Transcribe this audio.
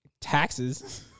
taxes